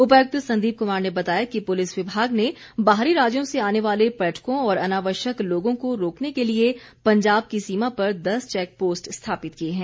उपायुक्त संदीप कुमार ने बताया कि पुलिस विभाग ने बाहरी राज्यों से आने वाले पर्यटकों और अनावश्यक लोगों को रोकने के लिए पंजाब की सीमा पर दस चैक पोस्ट स्थापित की है